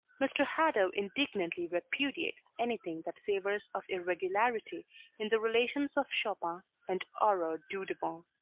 mr. hadow indignantly repudiates anything that savors of irregularity in the relations of chopin and aurore dudevant.